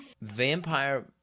Vampire